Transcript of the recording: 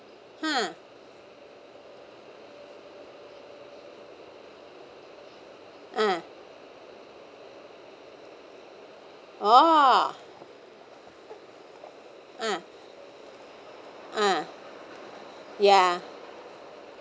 !huh! uh oh uh uh ya